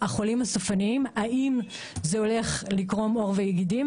החולים הסופניים האם זה הולך לקרום עור וגידים?